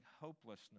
hopelessness